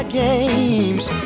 games